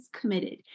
committed